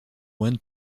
went